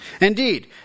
Indeed